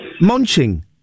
Munching